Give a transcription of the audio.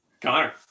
Connor